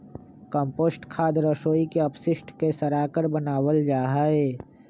compost खाद रसोई के अपशिष्ट के सड़ाकर बनावल जा हई